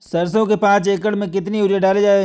सरसो के पाँच एकड़ में कितनी यूरिया डालें बताएं?